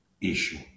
issue